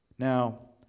Now